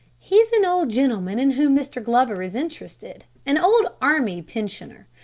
he's an old gentleman in whom mr. glover is interested, an old army pensioner.